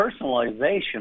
personalization